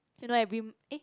you know every m~ eh